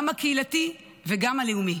גם הקהילתי וגם הלאומי,